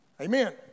Amen